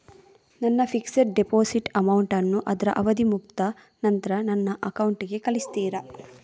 ನನ್ನ fixed deposit amount ಅನ್ನು ಅದ್ರ ಅವಧಿ ಮುಗ್ದ ನಂತ್ರ ನನ್ನ ಅಕೌಂಟ್ ಗೆ ಕಳಿಸ್ತೀರಾ?